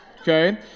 Okay